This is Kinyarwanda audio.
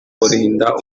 kurinda